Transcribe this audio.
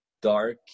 dark